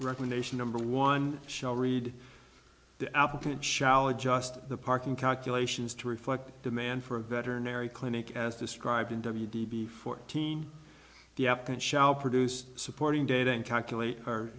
recommendation number one shall read the applicant shall adjust the parking calculations to reflect demand for a veterinary clinic as described in w d b fourteen the app that shall produce supporting data and calculate